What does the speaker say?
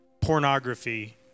pornography